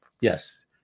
Yes